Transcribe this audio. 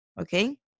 okay